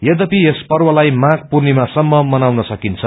यध्यपि यस पर्वलाई माष पूर्णिमासम्म मनाउन सकिन्छ